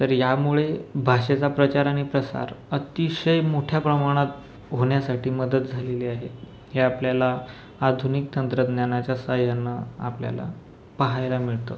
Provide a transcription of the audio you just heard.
तर यामुळे भाषेचा प्रचार आणि प्रसार अतिशय मोठ्या प्रमाणात होण्यासाठी मदत झालेली आहे हे आपल्याला आधुनिक तंत्रज्ञानाच्या सहाय्यानं आपल्याला पाहायला मिळतं